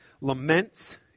laments